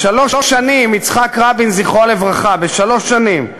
בשלוש שנים יצחק רבין, זכרו לברכה, בשלוש שנים,